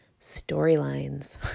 Storylines